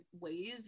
ways